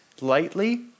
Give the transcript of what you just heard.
lightly